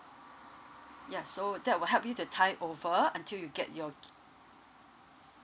ya so that will help you to tie over until you get your